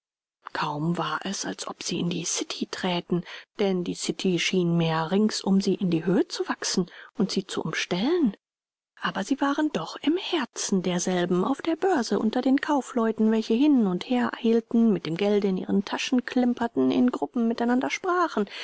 kaum war es als ob sie in die city träten denn die city schien mehr rings um sie in die höhe zu wachsen und sie zu umstellen aber sie waren doch im herzen derselben auf der börse unter den kaufleuten welche hin und her eilten mit dem gelde in ihren taschen klimperten in gruppen miteinander sprachen